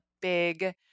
big